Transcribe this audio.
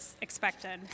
expected